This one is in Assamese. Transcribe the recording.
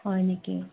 হয় নেকি